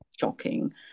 shocking